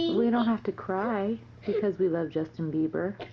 you know have to cry because we love justin bieber.